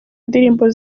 ndirimbo